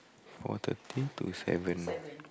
four thirty to seven